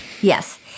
Yes